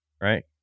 Right